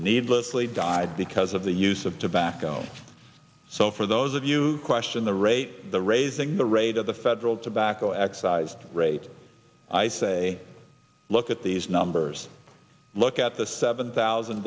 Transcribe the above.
needlessly died because of the use of tobacco so for those of you question the rate the raising the rate of the federal tobacco excised rate i say look at these numbers look at the seven thousand